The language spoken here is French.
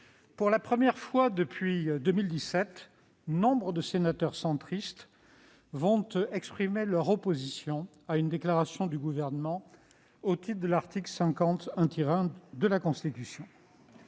pour la première fois depuis 2017, nombre de sénateurs centristes vont exprimer leur opposition à une déclaration du Gouvernement au titre de l'article 50-1 de la Constitution.